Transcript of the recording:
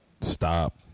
stop